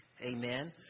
amen